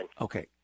Okay